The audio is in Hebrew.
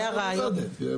בבקשה.